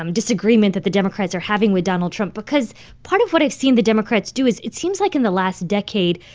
um disagreement that the democrats are having with donald trump? because part of what i've seen the democrats do is it seems like in the last decade,